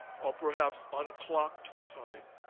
or, perhaps, unclocked time.